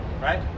right